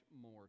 more